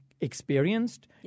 experienced